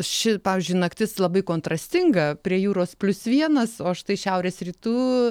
ši pavyzdžiui naktis labai kontrastinga prie jūros plius vienas o štai šiaurės rytų